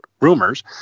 rumors—